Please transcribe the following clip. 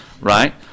right